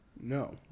No